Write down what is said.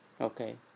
okay